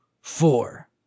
four